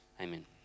amen